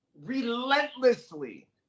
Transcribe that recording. relentlessly